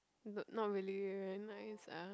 but not really very nice ah